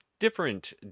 different